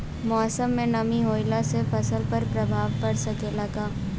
मौसम में नमी भइला पर फसल पर प्रभाव पड़ सकेला का?